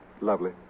Lovely